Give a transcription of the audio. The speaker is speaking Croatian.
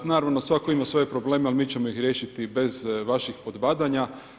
Naravno, svatko ima svoje probleme a mi ćemo ih riješiti bez vaših podbadanja.